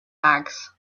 bags